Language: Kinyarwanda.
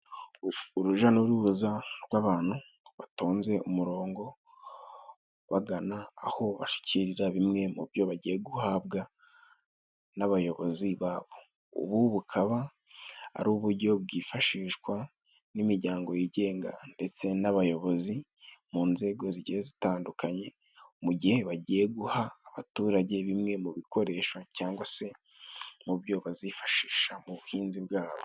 Uruja n'uruza rw'abantu batonze umurongo, bagana aho bashikirira bimwe mu byo bagiye guhabwa n'abayobozi ba bo. Ubu bukaba ari ubujyo bwifashishwa n'imiryango yigenga ndetse n'abayobozi mu nzego zigiye zitandukanye, mu gihe bagiye guha abaturage bimwe mu bikoresho cyangwa se mu byo bazifashisha mu buhinzi bwa bo.